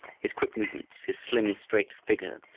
his quick movements, his slim, straight figure,